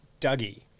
Dougie